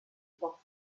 fox